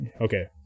Okay